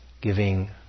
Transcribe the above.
giving